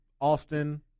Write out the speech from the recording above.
austin